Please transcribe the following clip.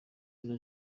ibyo